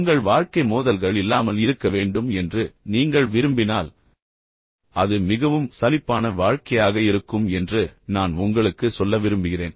உங்கள் வாழ்க்கை போராட்டங்கள் இல்லாமல் இருக்க வேண்டும் மோதல்கள் இல்லாமல் இருக்க வேண்டும் என்று நீங்கள் விரும்பினால் அது மிகவும் சலிப்பான வாழ்க்கையாக இருக்கும் என்று நான் உங்களுக்குச் சொல்ல விரும்புகிறேன்